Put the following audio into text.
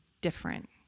different